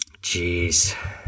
Jeez